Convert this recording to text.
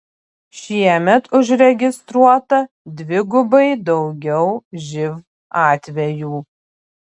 šiemet užregistruota dvigubai daugiau živ atvejų